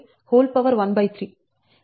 Dca13